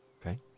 Okay